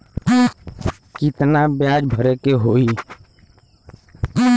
कितना ब्याज भरे के होई?